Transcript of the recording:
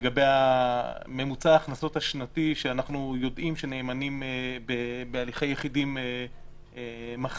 לגבי ממוצע ההכנסות השנתי שאנחנו יודעים שנאמנים בהליכי יחידים מכניסים.